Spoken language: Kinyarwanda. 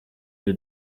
you